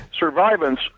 Survivance